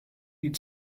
die